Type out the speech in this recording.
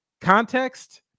context